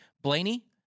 Blaney